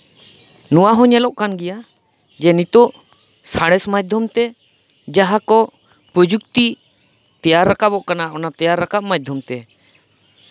ᱱᱚᱶᱟ ᱦᱚᱸ ᱧᱮᱞᱚᱜ ᱠᱟᱱ ᱜᱮᱭᱟ ᱡᱮ ᱱᱤᱛᱳᱜ ᱥᱟᱬᱮᱥ ᱢᱟᱫᱽᱫᱷᱚᱢ ᱛᱮ ᱡᱟᱦᱟᱸ ᱠᱚ ᱯᱨᱚᱡᱩᱠᱛᱤ ᱛᱮᱭᱟᱨ ᱨᱟᱠᱟᱵᱚᱜ ᱠᱟᱱᱟ ᱚᱱᱟ ᱛᱮᱭᱟᱨ ᱨᱟᱠᱟᱵ ᱢᱟᱫᱽᱫᱷᱚᱢ ᱛᱮ